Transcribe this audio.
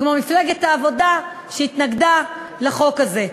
כמו מפלגת העבודה שהתנגדה לחוק הזה.